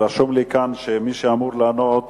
רשום לי כאן שמי שאמור לענות